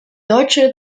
deutsche